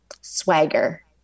swagger